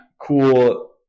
cool